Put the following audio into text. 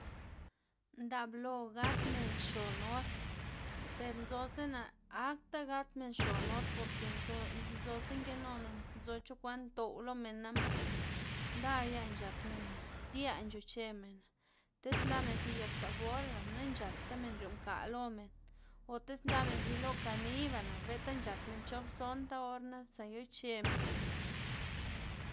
Ndablo gatmen xon or, per nzo zena akta gatmen xon or porke nzo- nzo ze nkenumen nzo chokuan ntou lomen na mbay, ndaya' nchat men'na, tya nchoche men'na, tiz ndamen zi yek zabola' na nchata'men nryo mka lomen, o tiz ndamen zi lo kani'bana mbenta nchatmen chop zonta or naza yochemen.